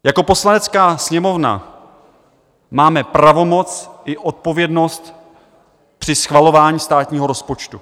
Jako Poslanecká sněmovna máme pravomoc i odpovědnost při schvalování státního rozpočtu.